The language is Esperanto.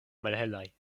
malhelaj